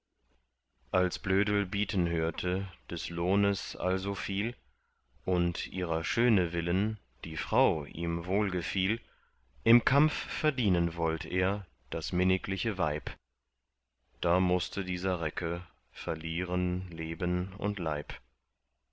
als blödel bieten hörte des lohnes also viel und ihrer schöne willen die frau ihm wohlgefiel im kampf verdienen wollt er das minnigliche weib da mußte dieser recke verlieren leben und leib